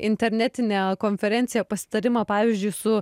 internetinę konferenciją pasitarimą pavyzdžiui su